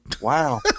Wow